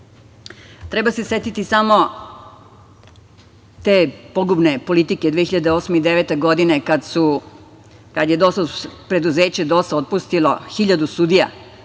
valja. Treba se setiti samo te pogubne politike 2008. i 2009. godine kada je preduzeće DOS-a otpustilo hiljadu sudija.